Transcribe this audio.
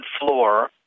floor